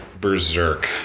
berserk